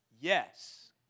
Yes